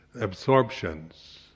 absorptions